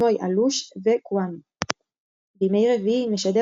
שינוי לוח המשדרים 2016 ב-17 בינואר 2016,